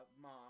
mom